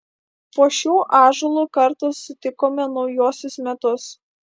po šiuo ąžuolu kartą sutikome naujuosius metus